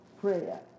prayer